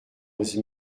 onze